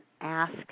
ask